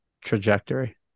trajectory